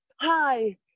Hi